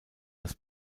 das